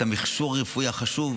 את המכשור הרפואי החשוב,